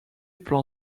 plein